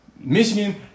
Michigan